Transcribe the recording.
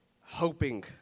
hoping